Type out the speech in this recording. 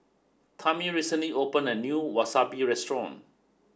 Tami recently opened a new Wasabi Restaurant